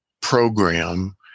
program